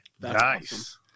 Nice